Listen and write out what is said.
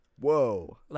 Whoa